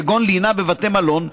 כגון לינה בבתי מלון,